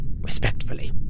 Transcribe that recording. respectfully